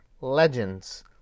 legends